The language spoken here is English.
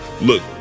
Look